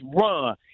run